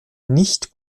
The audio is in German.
nicht